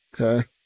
Okay